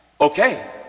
okay